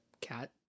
cat